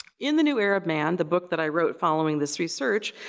in the new arab man, the book that i wrote following this research,